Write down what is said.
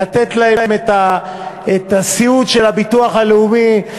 לתת להם את הסיעוד של הביטוח הלאומי,